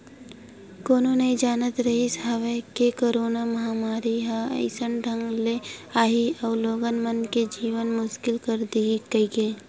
कोनो नइ जानत रिहिस हवय के करोना महामारी ह अइसन ढंग ले आही अउ लोगन मन के जीना मुसकिल कर दिही कहिके